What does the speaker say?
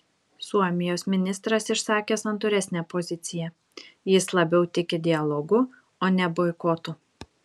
suomijos ministras išsakė santūresnę poziciją jis labiau tiki dialogu o ne boikotu